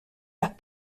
las